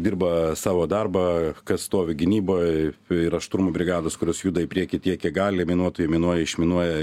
dirba savo darbą kas stovi gynyboj yra šturmų brigados kurios juda į priekį tiek kiek gali minuotojai minuoja išminuoja